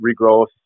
regrowth